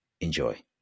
Enjoy